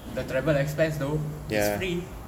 the travel expense though it's free